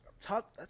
top